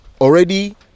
already